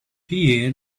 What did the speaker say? pierre